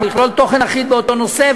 לכלול תוכן אחיד באותו נושא,